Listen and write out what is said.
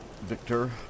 Victor